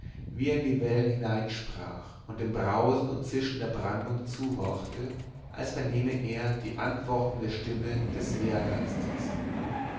wie er in die wellen hineinsprach und dem brausen und zischen der brandung zuhorchte als vernehme er die antwortende stimme des